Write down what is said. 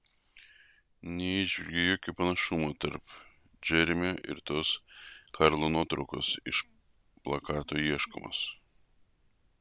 neįžvelgiu jokio panašumo tarp džeremio ir tos karlo nuotraukos iš plakato ieškomas